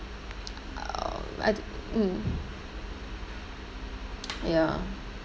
uh I d~ mm ya